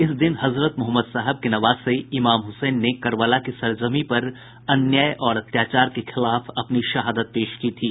इसी दिन हजरत मोहम्मद साहब के नवासे इमाम हसैन ने करबला की सरजमीं पर अन्याय और अत्याचार के खिलाफ अपनी शहादत पेश की थी